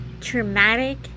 traumatic